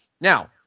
Now